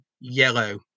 yellow